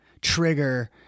trigger